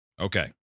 Okay